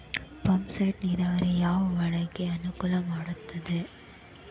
Pump set ನೇರಾವರಿ ಯಾವ್ ಬೆಳೆಗೆ ಅನುಕೂಲ ಮಾಡುತ್ತದೆ?